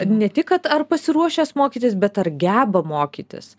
ne tik kad ar pasiruošęs mokytis bet ar geba mokytis